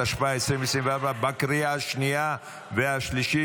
(תיקון), התשפ"ה 2024, לקריאה השנייה והשלישית.